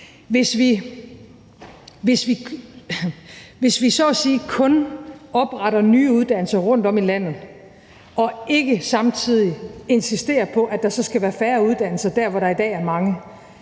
at sige kun opretter nye uddannelser rundtom i landet og ikke samtidig insisterer på, at der så skal være færre uddannelser der, hvor der i dag er mange,